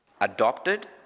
adopted